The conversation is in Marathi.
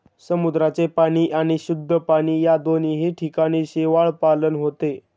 समुद्राचे पाणी आणि शुद्ध पाणी या दोन्ही ठिकाणी शेवाळपालन होते